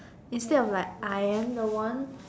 instead of like I am the one